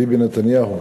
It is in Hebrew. ביבי נתניהו.